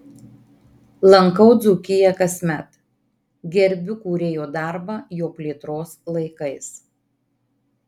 lankau dzūkiją kasmet gerbiu kūrėjo darbą jo plėtros laikais